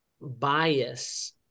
bias